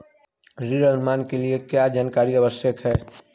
ऋण अनुमान के लिए क्या जानकारी आवश्यक है?